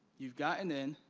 you've gotten in.